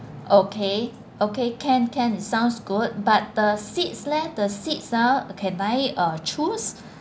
okay okay can can sounds good but the seats leh the seats ah can I uh choose